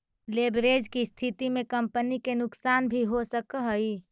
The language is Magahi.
लेवरेज के स्थिति में कंपनी के नुकसान भी हो सकऽ हई